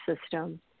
system